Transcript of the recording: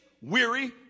weary